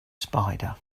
spider